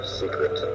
secret